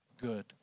good